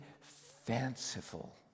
fanciful